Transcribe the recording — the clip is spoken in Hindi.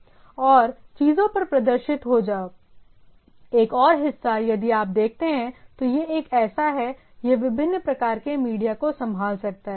और चीजों पर प्रदर्शित हो जाओ एक और हिस्सा यदि आप देखते हैं तो यह एक ऐसा है यह विभिन्न प्रकार के मीडिया को संभाल सकता है